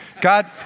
God